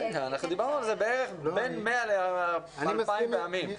דיברנו על זה בערך בין מאה לאלפיים פעמים.